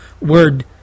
word